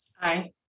Aye